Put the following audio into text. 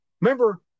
remember